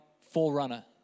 forerunner